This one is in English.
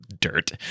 dirt